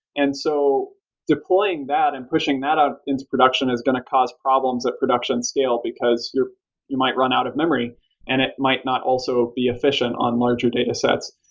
and so deploying that and pushing that out into production is going to cost problems at production scale, because you might run out of memory and it might not also be efficient on larger datasets.